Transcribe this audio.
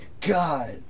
god